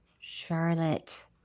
Charlotte